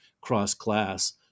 cross-class